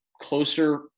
closer